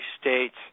states